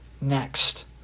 next